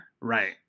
Right